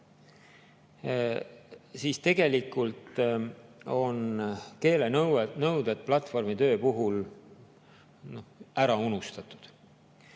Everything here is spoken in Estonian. siis tegelikult on keelenõuded platvormitöö puhul ära unustatud.